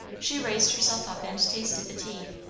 she raised herself up and tasted the tea.